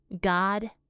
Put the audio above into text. God